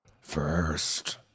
first